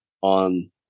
on